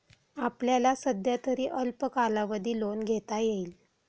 आपल्याला सध्यातरी अल्प कालावधी लोन घेता येईल